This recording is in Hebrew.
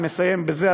ואני מסיים בזה,